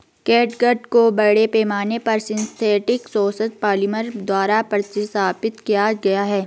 catgut को बड़े पैमाने पर सिंथेटिक शोषक पॉलिमर द्वारा प्रतिस्थापित किया गया है